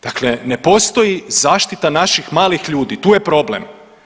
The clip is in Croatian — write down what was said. Dakle ne postoji zaštita našim malih ljudi, tu je problem.